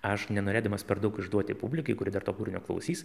aš nenorėdamas per daug išduoti publikai kuri dar to kūrinio klausys